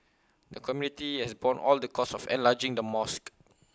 the community has borne all the costs of enlarging the mosque